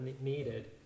needed